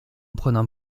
prenant